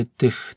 tych